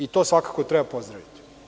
To svakako treba pozdraviti.